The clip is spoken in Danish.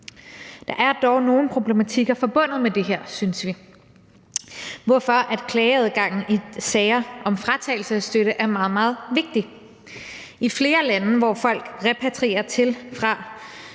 Der er dog nogle problematikker forbundet med det her, synes vi, hvorfor klageadgangen i sager om fratagelse af støtte er meget, meget vigtig. I flere af de lande, hvor folk repatrieres til fra